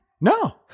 No